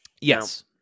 Yes